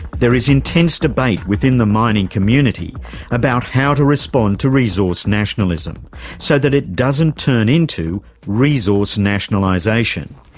there is intense debate within the mining community about how to respond to resource nationalism so that it doesn't turn into resource nationalisation.